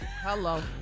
Hello